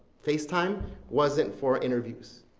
face time wasn't for interviews,